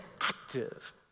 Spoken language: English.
active